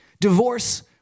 Divorce